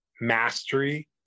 mastery